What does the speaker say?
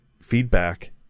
feedback